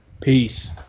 Peace